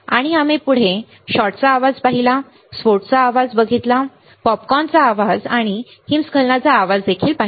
आणि पुढे आम्ही शॉटचा आवाज पाहिला आम्ही स्फोट आवाज पाहिला आम्ही पॉपकॉर्नचा आवाज पाहिला आम्ही हिमस्खलनाचा आवाज पाहिला